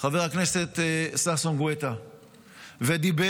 חבר הכנסת ששון גואטה ודיבר